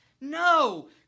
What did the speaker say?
No